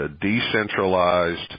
decentralized